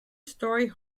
story